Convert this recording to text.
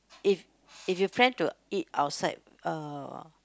if if you plan to eat outside uh